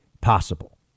possible